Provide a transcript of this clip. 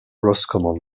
roscommon